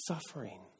suffering